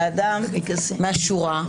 לאדם מהשורה,